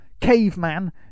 caveman